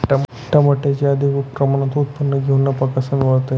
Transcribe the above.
टमाट्याचे अधिक प्रमाणात उत्पादन घेऊन नफा कसा मिळवता येईल?